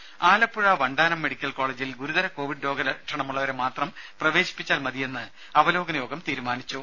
ദേഴ ആലപ്പുഴ വണ്ടാനം മെഡിക്കൽ കോളജിൽ ഗുരുതര കോവിഡ് രോഗ ലക്ഷണമുള്ളവരെ മാത്രം പ്രവേശിപ്പിച്ചാൽ മതിയെന്ന് അവലോകന യോഗം തീരുമാനിച്ചു